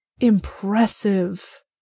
Impressive